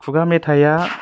खुगा मेथाया